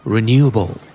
Renewable